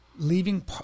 leaving